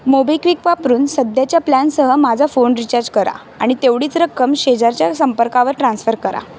MobiKwik वापरून सध्याच्या प्लॅनसह माझा फोन रिचार्ज करा आणि तेवढीच रक्कम शेजारच्या संपर्कावर ट्रान्स्फर करा